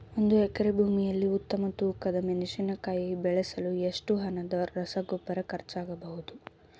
ಒಂದು ಎಕರೆ ಭೂಮಿಯಲ್ಲಿ ಉತ್ತಮ ತೂಕದ ಮೆಣಸಿನಕಾಯಿ ಬೆಳೆಸಲು ಎಷ್ಟು ಹಣದ ರಸಗೊಬ್ಬರ ಖರ್ಚಾಗಬಹುದು?